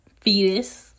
fetus